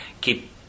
keep